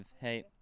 hey